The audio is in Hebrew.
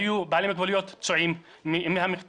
היו בעלי מוגבלויות פצועים מהמכת"זיות,